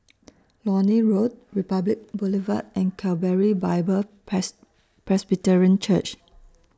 Lornie Road Republic Boulevard and Calvary Bible Pres Presbyterian Church